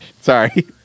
Sorry